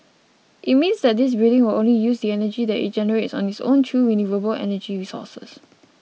it means that this building will only use the energy that it generates on its own through renewable energy sources